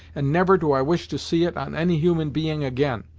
and never do i wish to see it on any human being, again.